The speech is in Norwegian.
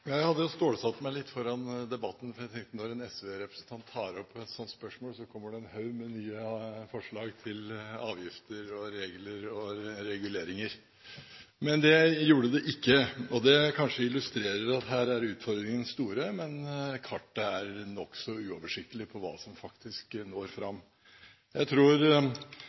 Jeg hadde stålsatt meg litt før debatten. Jeg tenkte at når en SV-representant tar opp et slikt spørsmål, kommer det en haug med forslag til nye avgifter, regler og reguleringer. Men det gjorde det ikke. Det illustrerer kanskje at her er utfordringene store, men kartet er nokså uoversiktlig når det gjelder hva som faktisk når fram. Jeg tror